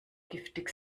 giftig